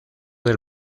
del